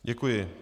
Děkuji.